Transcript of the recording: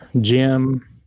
Jim